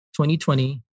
2020